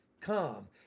come